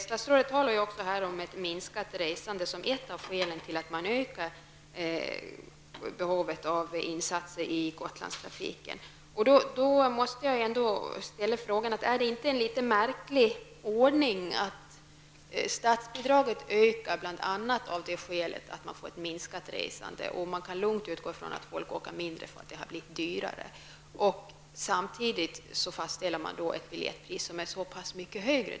Statsrådet talar om att minskat resande är ett av skälen till att behovet av insatser i Gotlandstrafiken ökar. Jag måste därför ställa frågan om det inte är en litet märklig ordning att statsbidrag ökar bl.a. av det skälet att man får ett minskat resande -- och man kan lugnt utgå från att folk reser mindre när det har blivit dyrare -- samtidigt som man fastställer ett biljettpris som är så mycket högre.